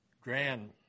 Grand